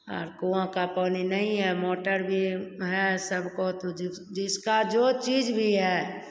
और कुआँ का पानी नहीं है मोटर भी है सबको तो जो जिसका जो चीज भी है